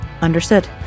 Understood